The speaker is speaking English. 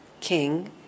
king